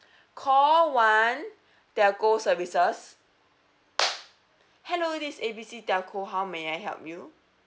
call one telco services hello this A B C telco how may I help you